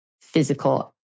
physical